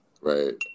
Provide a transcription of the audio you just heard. Right